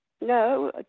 No